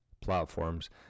platforms